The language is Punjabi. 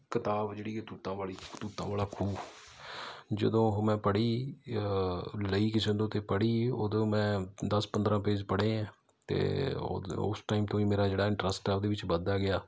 ਕਿਤਾਬ ਜਿਹੜੀ ਹੈ ਤੂਤਾਂ ਵਾਲੀ ਤੂਤਾਂ ਵਾਲਾ ਖੂਹ ਜਦੋਂ ਉਹ ਮੈਂ ਪੜ੍ਹੀ ਲਈ ਕਿਸੇ ਤੋਂ ਅਤੇ ਪੜ੍ਹੀ ਉਦੋਂ ਮੈਂ ਦਸ ਪੰਦਰ੍ਹਾਂ ਪੇਜ ਪੜ੍ਹੇ ਅਤੇ ਉਦ ਉਸ ਟਾਈਮ ਤੋਂ ਹੀ ਮੇਰਾ ਜਿਹੜਾ ਇੰਟਰਸਟ ਹੈ ਉਹਦੇ ਵਿੱਚ ਵੱਧਦਾ ਗਿਆ